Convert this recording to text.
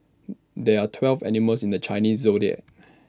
there are twelve animals in the Chinese Zodiac